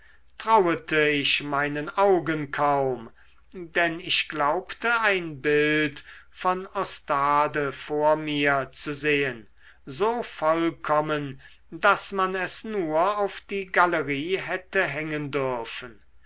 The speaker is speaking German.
trauete ich meinen augen kaum denn ich glaubte ein bild von ostade vor mir zu sehen so vollkommen daß man es nur auf die galerie hätte hängen dürfen